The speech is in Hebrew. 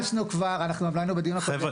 ביקשנו כבר, אנחנו גם לא היינו בדיון הקודם.